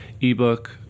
ebook